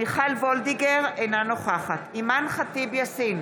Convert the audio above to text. מיכל וולדיגר, אינה נוכחת אימאן ח'טיב יאסין,